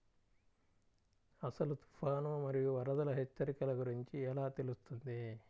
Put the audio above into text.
అసలు తుఫాను మరియు వరదల హెచ్చరికల గురించి ఎలా తెలుస్తుంది?